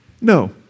No